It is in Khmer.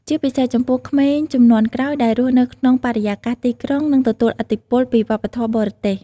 ជាពិសេស ចំពោះក្មេងជំនាន់ក្រោយដែលរស់នៅក្នុងបរិយាកាសទីក្រុង និងទទួលឥទ្ធិពលពីវប្បធម៌បរទេស។